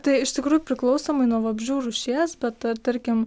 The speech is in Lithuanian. tai iš tikrųjų priklausomai nuo vabzdžių rūšies bet tarkim